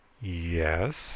Yes